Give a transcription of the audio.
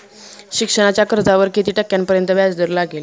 शिक्षणाच्या कर्जावर किती टक्क्यांपर्यंत व्याजदर लागेल?